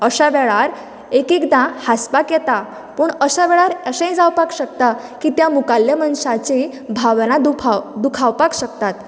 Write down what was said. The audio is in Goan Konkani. अश्या वेळार एक एकदां हांसपाक येता पूण अश्या वेळार अशेंय जावपाक शकता की त्या मुखाल्ल्या मनशाची भावना दुभाव दुखावपाक शकतात